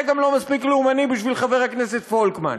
גם לא מספיק לאומני בשביל חבר הכנסת פולקמן,